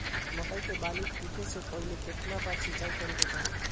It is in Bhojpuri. मकई के बाली फूटे से पहिले केतना बार सिंचाई करे के चाही?